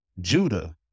Judah